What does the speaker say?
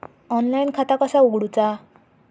Online खाता कसा उगडूचा?